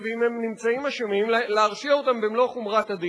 ואם הם נמצאים אשמים להרשיע אותם במלוא חומרת הדין.